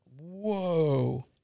Whoa